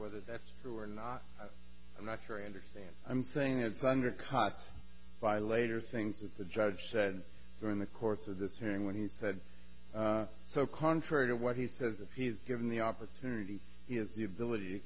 whether that's true or not i'm not sure i understand i'm saying it's undercut by later things that the judge said during the course of this hearing when he said so contrary to what he says if he's given the opportunity he has the ability to